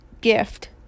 gift